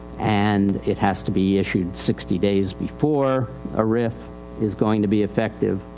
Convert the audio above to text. and it has to be issued sixty days before a rif is going to be effective,